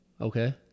Okay